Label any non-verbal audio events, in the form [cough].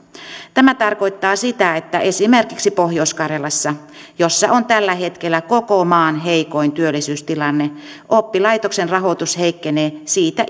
tämä tarkoittaa sitä että esimerkiksi pohjois karjalassa missä on tällä hetkellä koko maan heikoin työllisyystilanne oppilaitoksen rahoitus heikkenee siitä [unintelligible]